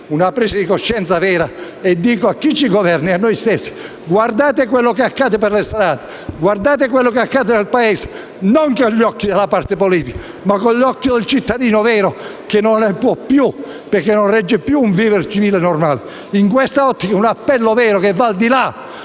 una presa di coscienza vera e lo dico a chi ci governa e a noi stessi. Guardate quanto accade per le strade, guardate quanto accade nel Paese, non con gli occhi della parte politica, ma con gli occhi del cittadino vero che non ne può più, perché non vede più un vivere civile normale. In questa ottica rivolgo un autentico